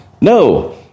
No